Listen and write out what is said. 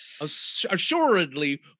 assuredly